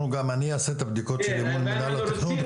אני אעשה את הבדיקות שלי מול מינהל התכנון,